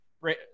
right